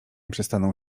przestaną